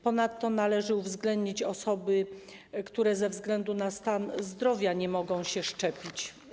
Ponadto należy uwzględnić osoby, które ze względu na stan zdrowia nie mogą się szczepić.